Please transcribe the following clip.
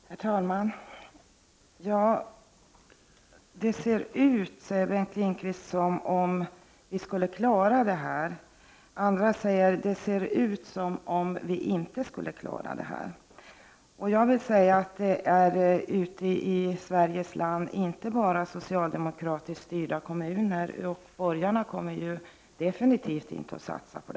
Herr talman! Det ser ut, säger Bengt Lindqvist, som om vi skulle klara det här. Andra säger att det ser ut som om vi inte skulle klara det. Det finns enligt min uppfattning ute i landet inte många socialdemokratiskt styrda kommuner där man satsar på det här, och borgarna kommer definitivt inte att göra det.